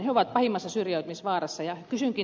he ovat pahimmassa syrjäytymis vaarassa